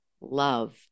love